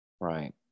Right